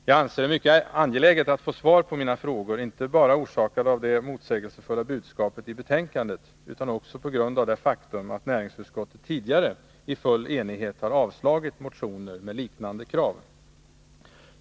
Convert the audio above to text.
Jag anser det mycket angeläget att få svar på mina frågor, orsakade inte bara av det motsägelsefulla budskapet i betänkandet utan också av det faktum att näringsutskottet tidigare i full enighet har avstyrkt motioner med liknande krav.